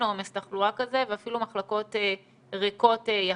עומס תחלואה כזה ואפילו מחלקות ריקות יחסית.